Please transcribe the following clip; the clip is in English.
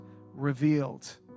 revealed